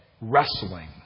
wrestling